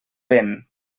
vent